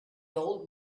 old